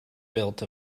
built